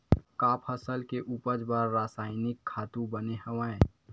का फसल के उपज बर रासायनिक खातु बने हवय?